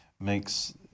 makes